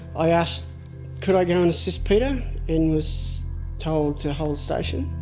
i asked could i go and assist peter and was told to hold station,